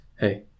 hey